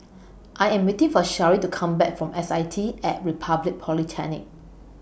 I Am waiting For Shari to Come Back from S I T At Republic Polytechnic